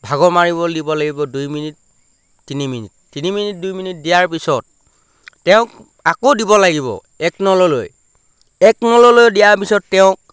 ভাগ মাৰিবলৈ দিব লাগিব দুই মিনিট তিনি মিনিট তিনি মিনিট দুই মিনিট দিয়াৰ পিছত তেওঁক আকৌ দিব লাগিব একনললৈ একনললৈ দিয়াৰ পিছত তেওঁক